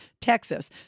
Texas